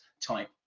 type